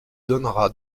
donnera